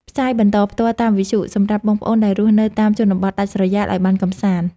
ផ្សាយបន្តផ្ទាល់តាមវិទ្យុសម្រាប់បងប្អូនដែលរស់នៅតាមជនបទដាច់ស្រយាលឱ្យបានកម្សាន្ត។